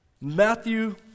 Matthew